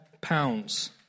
pounds